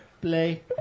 Play